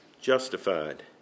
justified